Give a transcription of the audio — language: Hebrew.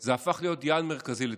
זה הפך להיות יעד מרכזי לטיפול.